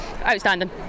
Outstanding